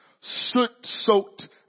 soot-soaked